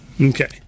Okay